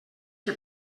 que